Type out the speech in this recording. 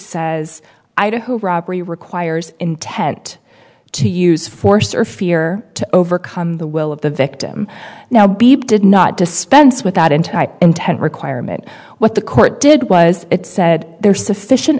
says idaho robbery requires intent to use force or fear to overcome the will of the victim now b p did not dispense with that in type into requirement what the court did was it said there's sufficient